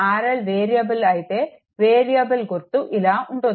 RL variable అయితే variable గుర్తు ఇలా ఉంటుంది